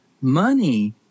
money